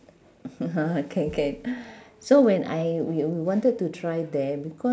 can can so when I we we wanted to try there becau~